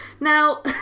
Now